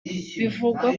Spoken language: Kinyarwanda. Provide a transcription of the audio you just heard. bivugwa